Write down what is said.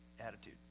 attitude